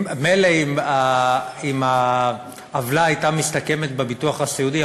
מילא אם העוולה הייתה מסתכמת בביטוח הסיעודי.